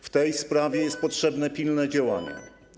W tej sprawie jest potrzebne pilne działanie.